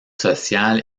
sociales